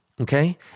okay